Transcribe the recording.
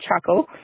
chuckle